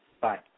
Bye